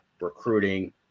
recruiting